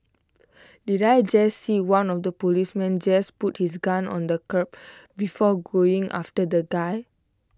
did I just see one of the policemen just put his gun on the curb before going after the guy